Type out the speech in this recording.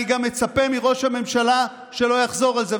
גם מצפה מראש הממשלה שלא יחזור על זה.